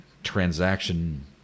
transaction